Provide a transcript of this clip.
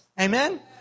Amen